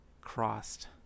crossed